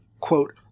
quote